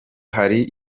hari